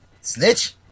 snitch